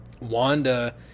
Wanda